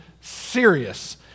serious